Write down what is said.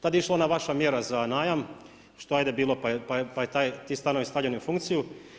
Tada je išla ona vaša mjera za najam, što je ajde bilo pa su ti stanovi stavljeni u funkciju.